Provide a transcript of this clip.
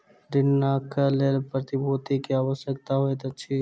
ऋणक लेल प्रतिभूति के आवश्यकता होइत अछि